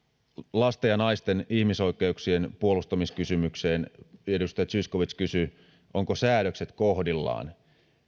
lasten ja naisten ihmisoikeuksien puolustamiskysymykseen edustaja zyskowicz kysyi ovatko säädökset kohdillaan